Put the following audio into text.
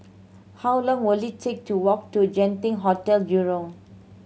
how long will it take to walk to Genting Hotel Jurong